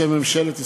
בשם ממשלת ישראל,